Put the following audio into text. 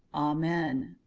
amen.